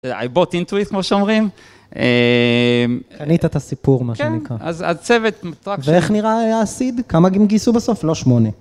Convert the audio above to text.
I bought into it, כמו שאומרים. קנית את הסיפור, מה שנקרא. כן, אז הצוות... ואיך נראה ה-seed? כמה הם גייסו בסוף? לא שמונים.